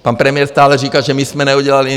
Pan premiér stále říká, že my jsme neudělali.